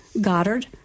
Goddard